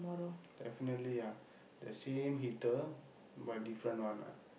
definitely ah the same heater but different one ah